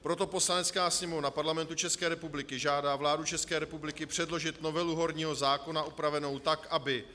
Proto Poslanecká sněmovna Parlamentu České republiky žádá vládu České republiky předložit novelu horního zákona upravenou tak, aby